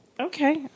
Okay